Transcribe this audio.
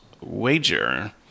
wager